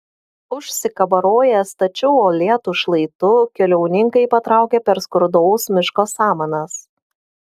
užsikabaroję stačiu uolėtu šlaitu keliauninkai patraukė per skurdaus miško samanas